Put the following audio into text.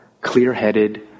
clear-headed